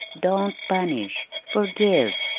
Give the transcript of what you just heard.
don't punish forgive!